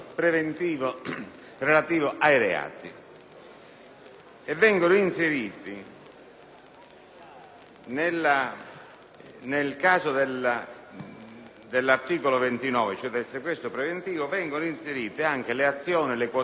Vengono inseriti, nel caso dell'articolo 29, cioè del sequestro preventivo, le azioni, le quote sociali e i beni finanziari dematerializzati.